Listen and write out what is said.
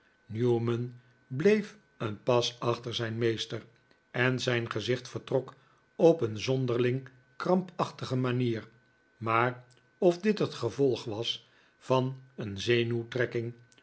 newman bleef een pas achter zijn meester en zijn gezicht vertrok op een zonderling krampachtige manier maar of dit het gevolg was van een zenuwtrekking